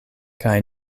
kaj